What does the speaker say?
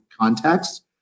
context